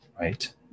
right